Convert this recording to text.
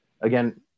Again